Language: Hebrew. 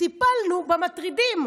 טיפלנו במטרידים.